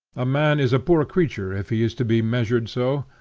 a man is a poor creature if he is to be measured so.